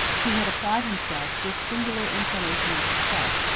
he had applied himself, with singular inclination and success,